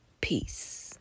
Peace